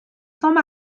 sans